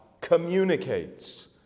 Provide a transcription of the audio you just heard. communicates